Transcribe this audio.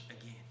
again